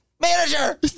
manager